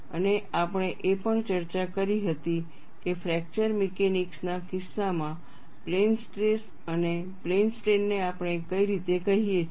અને આપણે એ પણ ચર્ચા કરી હતી કે ફ્રેક્ચર મિકેનિક્સ ના કિસ્સામાં પ્લેન સ્ટ્રેસ અને પ્લેન સ્ટ્રેઈન ને આપણે કઈ રીતે કહીએ છીએ